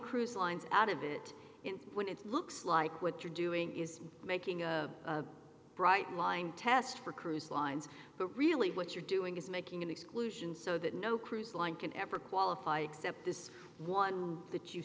cruise lines out of it when it looks like what you're doing is making a bright line test for cruise lines but really what you're doing is making an exclusion so that no cruise line can ever qualify except this one that you